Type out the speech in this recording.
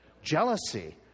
jealousy